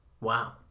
wow